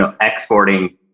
exporting